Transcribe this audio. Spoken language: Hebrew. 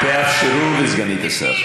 תאפשרו לסגנית השר.